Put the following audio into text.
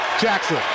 Jackson